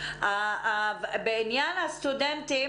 בעניין הסטודנטים,